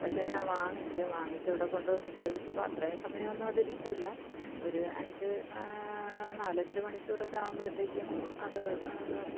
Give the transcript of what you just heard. പക്ഷെ ഞാൻ വാങ്ങിച്ചു വാങ്ങിച്ച് ഇവിടെ കൊണ്ടുവന്നുപയോഗിച്ചപ്പോൾ അത്രയും സമയമൊന്നും അതിരിക്കൂല ഒര് അഞ്ച് നാലഞ്ച് മണിക്കൂറൊക്കെ ആകുമ്പോഴത്തേയ്ക്കും അത്